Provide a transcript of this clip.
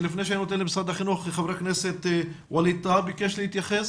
לפני שאני נותן למשרד החינוך, ביקשו להתייחס